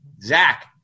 Zach